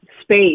space